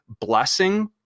blessing